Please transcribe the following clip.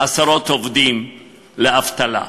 עשרות עובדים לאבטלה.